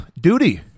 Duty